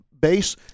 base